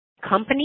company